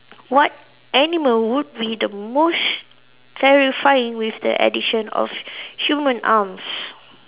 what animal would be the most terrifying with the addition of human arms